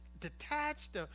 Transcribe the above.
detached